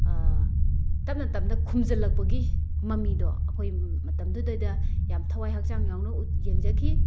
ꯇꯞꯅ ꯇꯞꯅ ꯈꯨꯝꯖꯤꯜꯂꯛꯄꯒꯤ ꯃꯃꯤꯗꯣ ꯑꯩꯈꯣꯏ ꯃꯇꯝꯗꯨꯗꯩꯗ ꯌꯥꯝ ꯊꯋꯥꯏ ꯍꯛꯆꯥꯡ ꯌꯥꯎꯅ ꯌꯦꯡꯖꯈꯤ